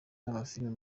b’amafilime